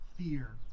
fear